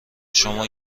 شما